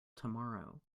tomorrow